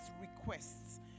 requests